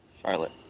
Charlotte